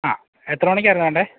ങാ എത്ര മണിയ്ക്കായിരുന്നു വേണ്ടത്